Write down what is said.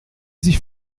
sich